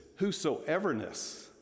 whosoeverness